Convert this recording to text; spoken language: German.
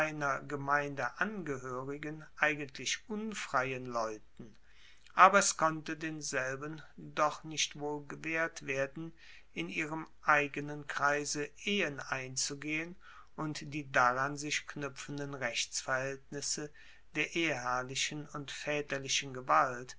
gemeinde angehoerigen eigentlich unfreien leuten aber es konnte denselben doch nicht wohl gewehrt werden in ihrem eigenen kreise ehen einzugehen und die daran sich knuepfenden rechtsverhaeltnisse der eheherrlichen und vaeterlichen gewalt